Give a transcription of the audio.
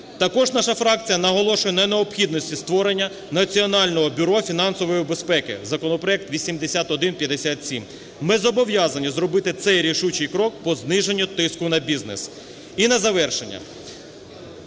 Також наша фракція наголошує на необхідності створення Національного бюро фінансової безпеки (законопроект 8157). Ми зобов'язані зробити цей рішучий крок по зниженню тиску на бізнес. І на завершення…